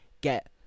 Get